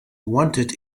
wanted